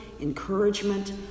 encouragement